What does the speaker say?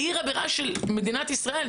בעיר הבירה של מדינת ישראל,